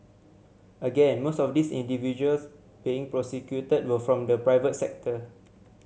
again most of these individuals being prosecuted were from the private sector